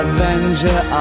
Avenger